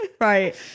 Right